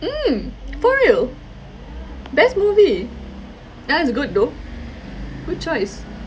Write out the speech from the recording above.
mm for real best movie that is good though good choice